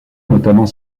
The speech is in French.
notamment